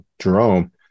Jerome